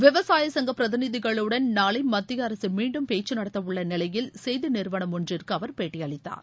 விவசாய சங்க பிரதிநிதிகளுடன் நாளை மத்திய அரசு மீண்டும் பேச்சு நடத்தவுள்ள நிலையில் செய்தி நிறுவனம் ஒன்றிற்கு அவர் பேட்டியளித்தார்